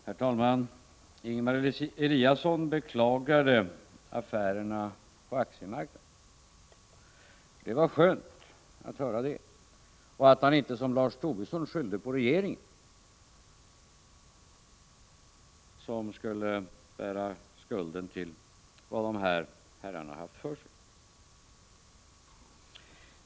Herr talman! Ingemar Eliasson beklagade affärerna på aktiemarknaden. Det var skönt att höra detta. Han skyllde inte som Lars Tobisson på regeringen och ansåg inte att regeringen bär skulden till vad de här herrarna har haft för sig.